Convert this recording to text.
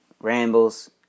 rambles